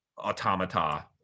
automata